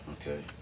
Okay